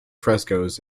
frescoes